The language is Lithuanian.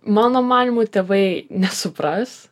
mano manymu tėvai nesupras